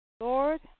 Lord